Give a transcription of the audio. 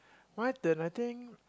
what the nothing